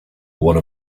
one